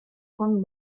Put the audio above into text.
von